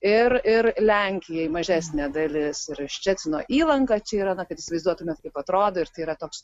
ir ir lenkijai mažesnė dalis yra ščecino įlanką čia yra kad įsivaizduotumėt kaip atrodo ir tai yra toks